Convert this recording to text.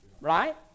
right